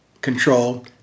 control